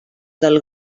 del